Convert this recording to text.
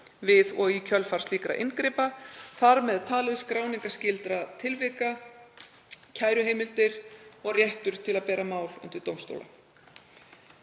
við og í kjölfar beitingar slíkra inngripa, þar með talið skráningarskyldu tilvika, kæruheimilda og réttar til að bera mál undir dómstóla.